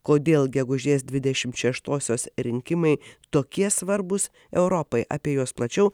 kodėl gegužės dvidešimt šeštosios rinkimai tokie svarbūs europai apie juos plačiau